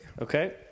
Okay